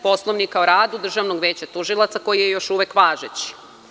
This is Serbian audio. Poslovnika o radu Državnog veća tužilaca koji je još uvek važeći.